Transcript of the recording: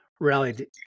rallied